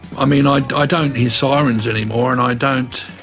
i mean, i ah don't hear sirens anymore and i don't